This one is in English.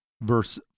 verse